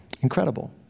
Incredible